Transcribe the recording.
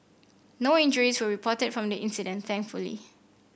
no injuries were reported from the incident thankfully